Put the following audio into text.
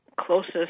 closest